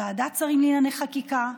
ועדת שרים לענייני חקיקה,